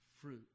fruit